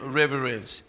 reverence